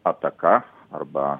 ataka arba